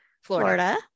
Florida